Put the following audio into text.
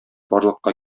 барлыкка